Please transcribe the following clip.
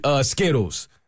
Skittles